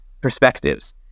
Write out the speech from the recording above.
perspectives